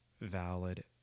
valid